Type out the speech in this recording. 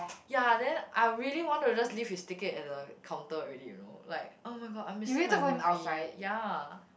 ya then I really want to just leave his ticket at the counter already you know like oh-my-god I'm missing my movie ya